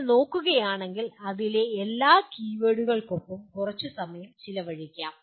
നിങ്ങൾ നോക്കുകയാണെങ്കിൽ അതിലെ എല്ലാ കീവേഡുകളോടൊപ്പം കുറച്ച് സമയം ചെലവഴിക്കാം